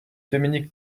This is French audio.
dominique